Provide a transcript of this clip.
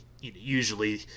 usually